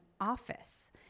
office